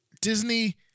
Disney